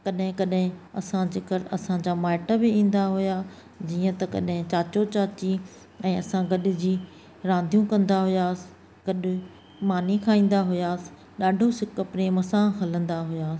कॾहिं कॾहिं असांजे घरु असांजा माइट बि ईंदा हुआ जीअं त कॾहिं चाचो चाची ऐं असां गॾिजी रांदियूं कंदा हुआसि गॾु मानी खाईंदा हुआसि ॾाढो सिक प्रेम सां हलंदा हुआसि